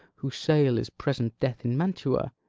whose sale is present death in mantua,